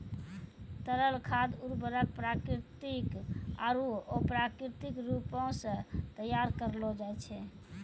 तरल खाद उर्वरक प्राकृतिक आरु अप्राकृतिक रूपो सें तैयार करलो जाय छै